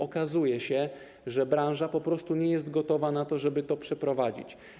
Okazuje się, że branża po prostu nie jest gotowa na to, żeby to przeprowadzić.